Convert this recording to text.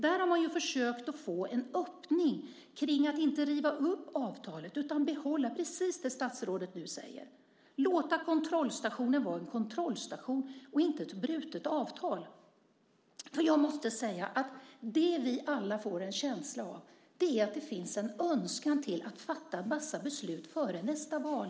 Där har man försökt att få en öppning om att inte riva upp avtalet utan behålla det, precis det som statsrådet nu säger, och låta kontrollstationen vara en kontrollstation och inte innebära ett brutet avtal. Det som vi alla får en känsla av är att det finns en önskan om att fatta vassa beslut före nästa val.